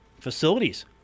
facilities